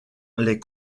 les